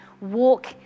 walk